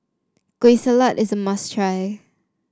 Kueh Salat is a must try